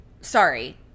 sorry